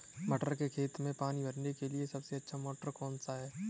मटर के खेत में पानी भरने के लिए सबसे अच्छा मोटर कौन सा है?